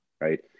right